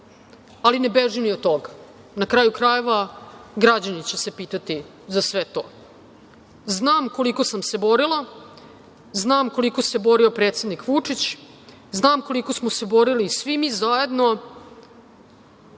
Ne bežim ni od toga. Na kraju krajeva građani će se pitati za sve to. Znam koliko sam se borila. Znam koliko se borio predsednik Vučić. Znam koliko smo se borili svi mi zajedno